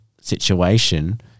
situation